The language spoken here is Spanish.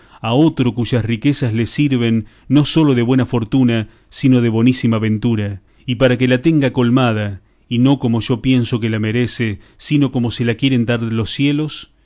a otro cuyas riquezas le sirven no sólo de buena fortuna sino de bonísima ventura y para que la tenga colmada y no como yo pienso que la merece sino como se la quieren dar los cielos